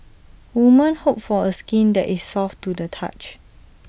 woman hope for A skin that is soft to the touch